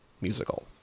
musical